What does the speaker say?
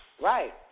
Right